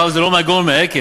הפעם זה לא מן הגורן ומן היקב,